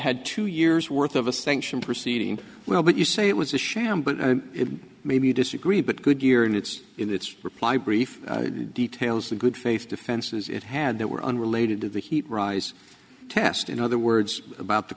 had two years worth of a sanction proceeding well but you say it was a sham but maybe you disagree but good year in its in its reply brief details the good faith defenses it had that were unrelated to the heat rise test in other words about the